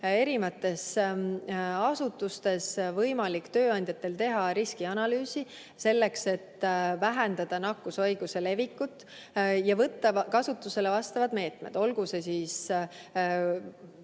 eri asutustes võimalik tööandjatel teha riskianalüüsi, selleks et vähendada nakkushaiguse levikut ja võtta kasutusele vastavad meetmed. Olgu see siis,